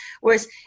whereas